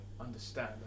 understand